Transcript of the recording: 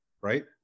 right